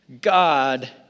God